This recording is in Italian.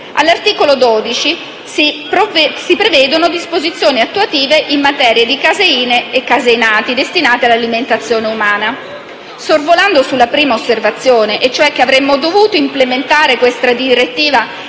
All'articolo 12 si prevedono disposizioni attuative in materia di caseine e caseinati destinati all'alimentazione umana. Sorvolando sulla prima osservazione, e cioè che avremmo dovuto implementare questa direttiva